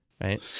Right